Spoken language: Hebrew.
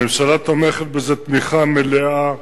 הממשלה תומכת בזה תמיכה מלאה,